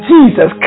Jesus